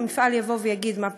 המפעל יבוא ויגיד: מה פתאום,